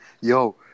yo